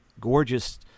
Gorgeous